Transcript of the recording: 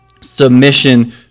submission